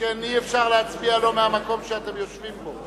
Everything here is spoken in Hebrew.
שכן אי-אפשר להצביע לא מהמקום שאתם יושבים בו